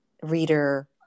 reader